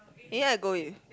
maybe I go with